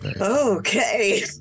Okay